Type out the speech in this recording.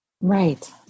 Right